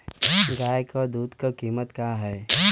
गाय क दूध क कीमत का हैं?